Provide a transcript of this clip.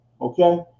okay